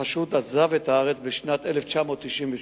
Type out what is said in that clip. החשוד עזב את הארץ בשנת 1998,